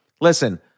listen